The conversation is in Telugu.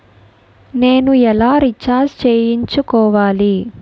నేను ఎలా రీఛార్జ్ చేయించుకోవాలి?